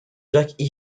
jacques